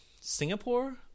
Singapore